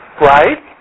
right